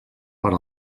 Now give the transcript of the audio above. per